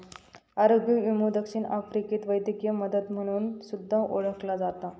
आरोग्य विमो दक्षिण आफ्रिकेत वैद्यकीय मदत म्हणून सुद्धा ओळखला जाता